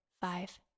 five